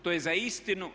To je za istinu.